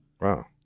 Wow